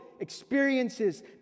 experiences